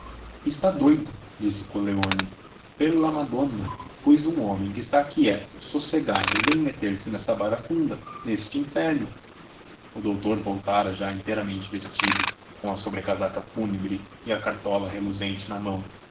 está doido disse coleoni per la madonna pois um homem que está quieto sossegado vem meter-se nesta barafunda neste inferno o doutor voltava já inteiramente vestido com a sobrecasaca fúnebre e a cartola reluzente na mão